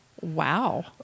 Wow